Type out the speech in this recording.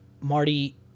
Marty